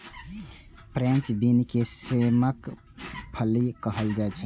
French bean के सेमक फली कहल जाइ छै